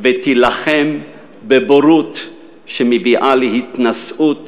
ותילחם בבורות שמביאה להתנשאות